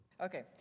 Okay